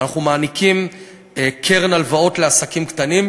אנחנו מעניקים קרן הלוואות לעסקים קטנים,